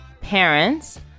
parents